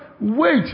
wait